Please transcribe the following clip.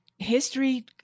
History